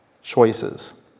choices